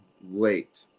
late